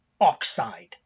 oxide